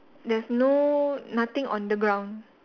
there's no nothing on the ground